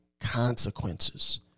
Consequences